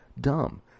DUMB